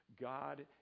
God